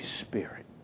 Spirit